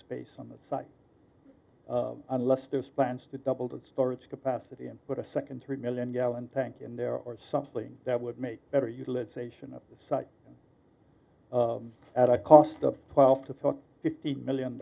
space on the site unless there's plans to double the storage capacity and put a second three million gallon tank in there or something that would make better use alliteration of site at a cost of twelve to fifteen million